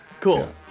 cool